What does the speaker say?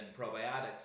probiotics